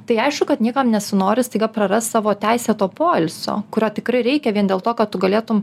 tai aišku kad niekam nesinori staiga prarast savo teisėto poilsio kurio tikrai reikia vien dėl to kad tu galėtum